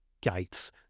gates